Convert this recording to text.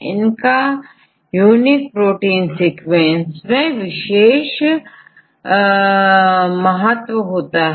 इनका protein sequence में विशेष महत्व है